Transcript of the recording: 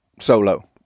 solo